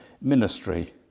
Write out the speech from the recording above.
ministry